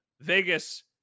Vegas